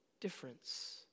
difference